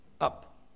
up